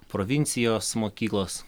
provincijos mokyklos